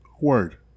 Word